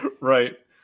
Right